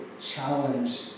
challenge